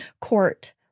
Court